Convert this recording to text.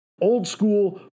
old-school